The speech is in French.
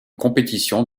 compétition